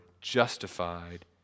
justified